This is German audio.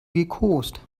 gekost